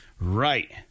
right